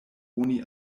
oni